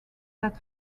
that